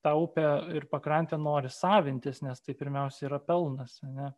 tą upę ir pakrantę norisi savintis nes tai pirmiausia yra pelnas ar ne